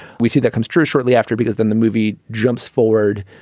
we see that construe shortly after because then the movie jumps forward.